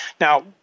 Now